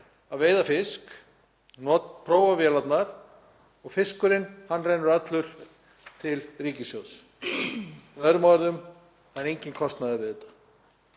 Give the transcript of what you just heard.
að veiða fisk, prófa vélarnar og fiskurinn rennur allur til ríkissjóðs. Með öðrum orðum er enginn kostnaður við þetta.